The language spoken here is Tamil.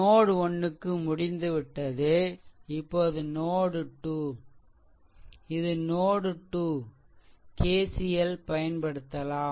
நோட் 1 க்கு முடிந்துவிட்டது இப்போது நோட் 2 இது நோட் 2 KCL பயன்படுத்தலாம்